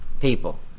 people